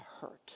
hurt